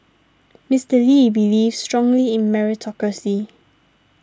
Mister Lee believed strongly in meritocracy